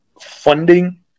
funding